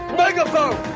megaphone